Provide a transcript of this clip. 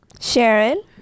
Sharon